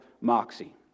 moxie